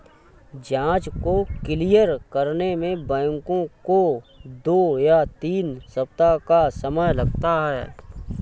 जाँच को क्लियर करने में बैंकों को दो या तीन सप्ताह का समय लगता है